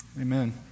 Amen